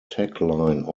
tagline